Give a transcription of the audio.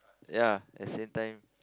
ya at same time